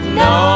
no